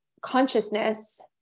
consciousness